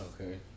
Okay